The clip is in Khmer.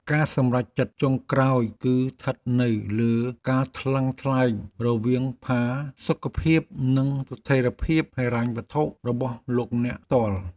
ការសម្រេចចិត្តចុងក្រោយគឺស្ថិតនៅលើការថ្លឹងថ្លែងរវាងផាសុកភាពនិងស្ថិរភាពហិរញ្ញវត្ថុរបស់លោកអ្នកផ្ទាល់។